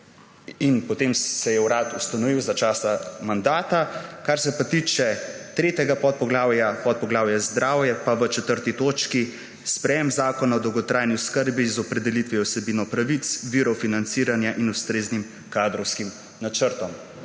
in potem se je urad ustanovil za časa mandata. Kar se pa tiče tretjega podpoglavja, podpoglavje Zdravje, pa v 4. točki sprejetje zakona o dolgotrajni oskrbi z opredelitvijo vsebine pravic, virov financiranja in ustreznim kadrovskim načrtom.